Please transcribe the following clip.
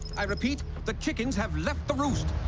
i repeat the chickens have left the roost